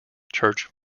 church